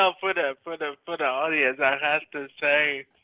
ah for and for the but audience, i'd have to say,